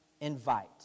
invite